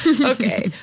Okay